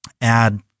add